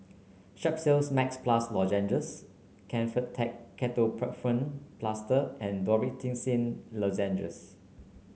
Strepsils Max Plus Lozenges Kefentech Ketoprofen Plaster and Dorithricin Lozenges